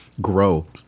grow